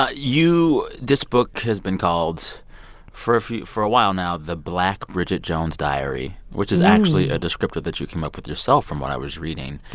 ah you this book has been called for a few for a while now, the black bridget jones's diary, which is actually a descriptor that you came up with yourself, from what i was reading.